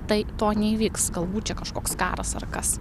tai to neįvyks galbūt čia kažkoks karas ar kas